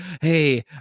hey